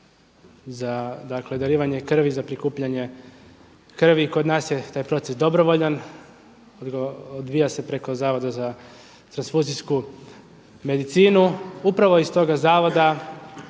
darivanje krvi, za prikupljanje krvi, kod nas je taj proces dobrovoljan, odvija se preko Zavoda za transfuzijsku medicinu. Upravo iz tog zavoda